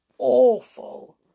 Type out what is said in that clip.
awful